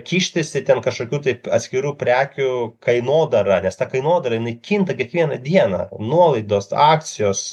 kištis į ten kažkokių tai atskirų prekių kainodarą nes tą kainodarą jinai kinta kiekvieną dieną nuolaidos akcijos